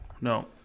No